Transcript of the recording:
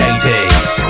80s